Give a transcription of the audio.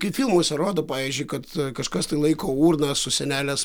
kaip filmuose rodo pavyzdžiui kad kažkas tai laiko urną su senelės